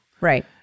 Right